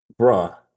Bruh